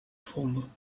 gevonden